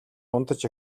унтаж